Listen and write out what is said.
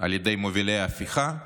על ידי מובילי ההפיכה,